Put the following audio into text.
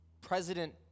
President